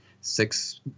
six